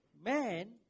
man